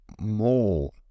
more